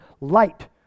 Light